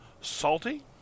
salty